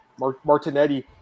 Martinetti